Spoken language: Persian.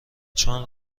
چون